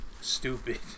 stupid